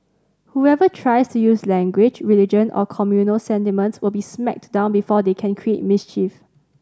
whoever tries to use language religion or communal sentiments will be smacked down before they can create mischief